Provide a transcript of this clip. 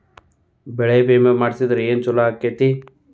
ಬೆಳಿ ವಿಮೆ ಮಾಡಿಸಿದ್ರ ಏನ್ ಛಲೋ ಆಕತ್ರಿ?